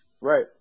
Right